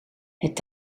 het